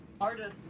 artists